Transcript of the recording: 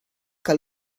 que